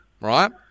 right